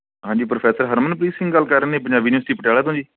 ਹਾਂਜੀ ਪ੍ਰੋਫੈਸਰ ਹਰਮਨਪ੍ਰੀਤ ਸਿੰਘ ਗੱਲ ਕਰਨ ਰਹੇ ਨੇ ਪੰਜਾਬੀ ਯੂਨਿਵਰਸਿਟੀ ਪਟਿਆਲਾ ਤੋਂ ਜੀ